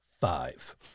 Five